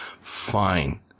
fine